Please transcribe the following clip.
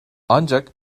ancak